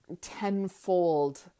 tenfold